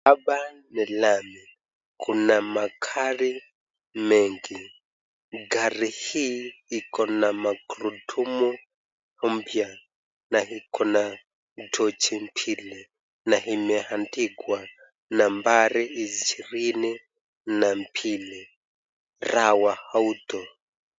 Hapa ni lami, kuna magari mengi ,gari hii ikona magurudumu mpya na ikona tochi mbili na imeandikwa nambari ishirini na mbili Rawa Auto.